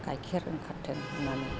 गाइखेर ओंखारथों होननानै